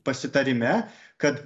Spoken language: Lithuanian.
pasitarime kad